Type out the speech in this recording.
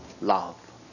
love